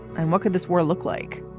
and what could this war look like?